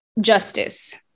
justice